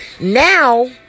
now